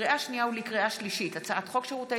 לקריאה שנייה ולקריאה שלישית: הצעת חוק שירותי